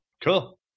Cool